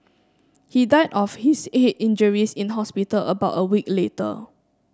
he died of his head injuries in hospital about a week later